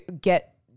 Get